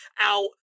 out